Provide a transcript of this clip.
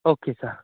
okay sir